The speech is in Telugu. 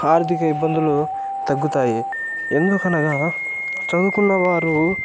ఆర్దిక ఇబ్బందులు తగ్గుతాయి ఎందుకనగా చదువుకున్నవారు